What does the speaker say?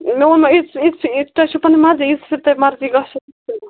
مےٚ ووٚن نا یِتسٕے یِتسٕے توہہِ چھَو پَنٕنۍ مَرضی ییٖتِس تۄہہِ مَرضی گژھٮ۪و